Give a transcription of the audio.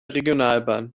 regionalbahn